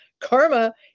karma